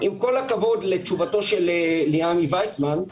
עם כל הכבוד לתשובתו של ליעמי ויסמן,